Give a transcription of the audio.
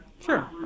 Sure